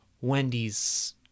Wendy's